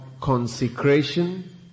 consecration